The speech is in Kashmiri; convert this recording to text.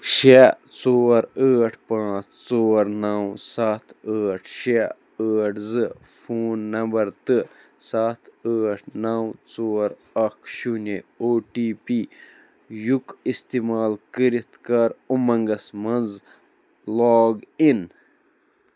شےٚ ژور ٲٹھ پانٛژھ ژور نَو سَتھ ٲٹھ شےٚ ٲٹھ زٕ فون نمبر تہٕ سَتھ ٲٹھ نَو ژور اَکھ شوٗنہِ او ٹی پی یُک اِستعمال کٔرِتھ کَر اُمنٛگَس مَنٛز لاگ اِن